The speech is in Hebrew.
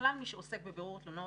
ובכלל מי שעוסק בבירור התלונות,